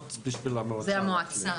זה המועצה.